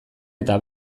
eta